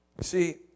see